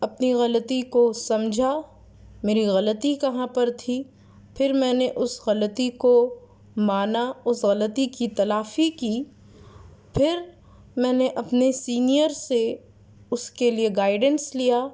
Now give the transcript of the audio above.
اپنی غلطی کو سمجھا میری غلطی کہاں پر تھی پھر میں نے اس غلطی کو مانا اس غلطی کی تلافی کی پھر میں نے اپنے سینئر سے اس کے لیے گائیڈینس لیا